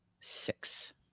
six